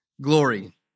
glory